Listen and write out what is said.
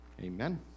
Amen